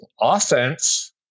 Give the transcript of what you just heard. offense